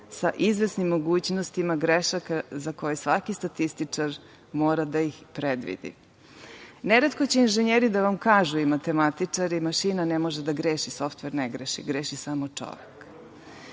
sa izvesnim mogućnostima grešaka za koje svaki statističar mora da ih predvidi. Neretko će inženjeri da vam kažu, i matematičari – mašina ne može da greši, softver ne greši, greši samo čovek. Moj